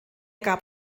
gab